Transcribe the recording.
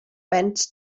bent